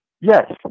Yes